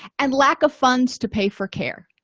and lack of funds to pay for care